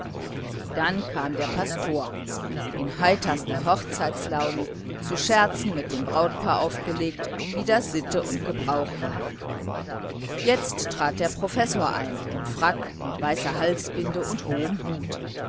dann kam der pastor in heiterster hochzeitslaune zu scherzen mit dem brautpaar aufgelegt wie das sitte und gebrauch war jetzt trat der professor ein im frack mit weißer halsbinde und hohem hut